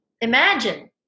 imagine